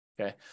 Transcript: Okay